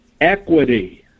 equity